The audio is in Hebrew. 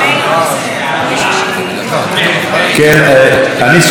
אני סוגר את הרשימה,